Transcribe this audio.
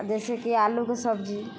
जइसेकि आलूके सब्जी